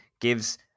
gives